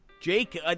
Jake